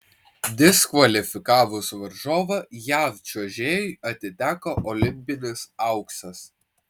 diskvalifikavus varžovą jav čiuožėjui atiteko olimpinis auksas